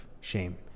shame